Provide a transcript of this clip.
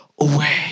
away